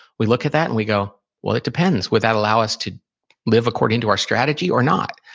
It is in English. we look at that and we go, well, it depends. would that allow us to live according to our strategy or not?